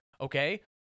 okay